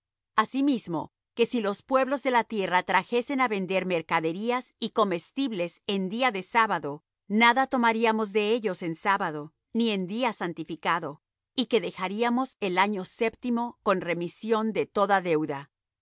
asimismo que si los pueblos de la tierra trajesen á vender mercaderías y comestibles en día de sábado nada tomaríamos de ellos en sábado ni en día santificado y que dejaríamos el año séptimo con remisión de toda deuda